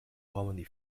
commonly